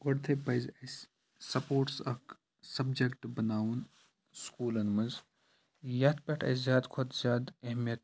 گۄڈٕنٮ۪تھٕے پَزِ اَسہِ سَپوٹٕس اَکھ سَبجَکٹ بَناوُن سکوٗلَن منٛز یَتھ پٮ۪ٹھ اَسہِ زیادٕ کھۄتہٕ زیادٕ اہمیت